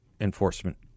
enforcement